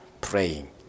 Praying